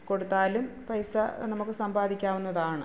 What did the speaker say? കൊടുത്താലും പൈസ നമുക്ക് സമ്പാദിക്കാവുന്നതാണ്